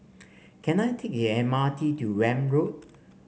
can I take the M R T to Welm Road